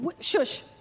Shush